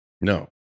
no